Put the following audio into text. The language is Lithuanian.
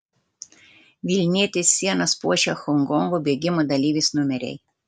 vilnietės sienas puošia honkongo bėgimų dalyvės numeriai